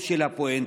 פספוס של הפואנטה.